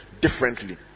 differently